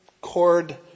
cord